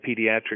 pediatric